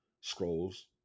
scrolls